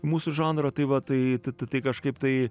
mūsų žanrą tai va tai tu tai kažkaip tai